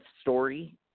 story